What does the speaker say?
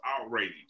outrage